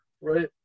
right